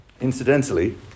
Incidentally